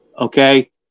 Okay